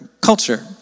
culture